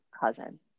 cousin